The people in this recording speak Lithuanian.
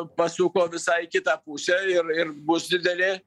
pasuko visai į kitą pusę ir ir bus didelė